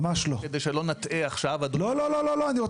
לא יכול